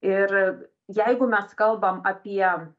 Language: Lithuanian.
ir jeigu mes kalbam apie